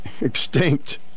Extinct